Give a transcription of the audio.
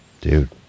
Dude